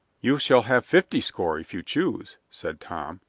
you shall have fifty score, if you choose, said tom,